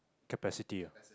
capacity ah